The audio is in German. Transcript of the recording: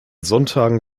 sonntagen